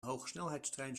hogesnelheidstrein